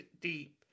deep